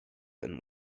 and